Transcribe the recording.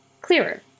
clearer